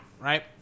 Right